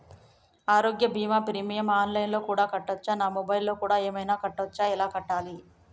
ఆరోగ్య బీమా premium online లో కూడా కట్టచ్చా? నా మొబైల్లో కూడా ఏమైనా కట్టొచ్చా? ఎలా కట్టాలి?